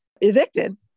evicted